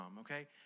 okay